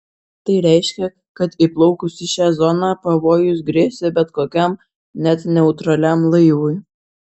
tai reiškė kad įplaukus į šią zoną pavojus grėsė bet kokiam net neutraliam laivui